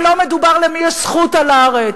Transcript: ולא מדובר על למי יש זכות על הארץ,